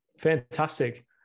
Fantastic